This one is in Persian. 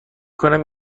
کنم